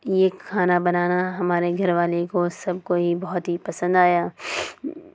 یہ کھانا بنانا ہمارے گھر والے کو سب کو ہی بہت ہی پسند آیا